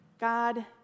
God